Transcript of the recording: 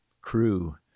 crew